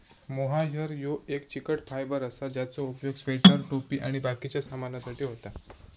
mohair ह्यो एक चिकट फायबर असा ज्याचो उपयोग स्वेटर, टोपी आणि बाकिच्या सामानासाठी होता